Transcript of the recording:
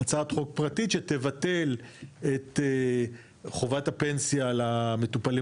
הצעת חוק פרטית שתבטל את חובת הפנסיה למטופלים